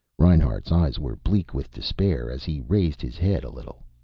reinhart's eyes were bleak with despair as he raised his head a little.